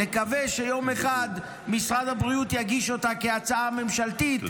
נקווה שיום אחד משרד הבריאות יגיש אותה כהצעה ממשלתית,